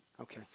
Okay